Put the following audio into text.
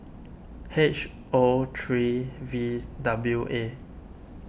H O three V W A